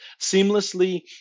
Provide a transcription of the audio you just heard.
seamlessly